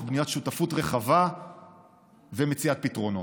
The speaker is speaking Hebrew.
תוך בניית שותפות רחבה ומציאת פתרונות.